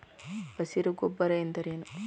ಹಸಿರು ಗೊಬ್ಬರ ಎಂದರೇನು?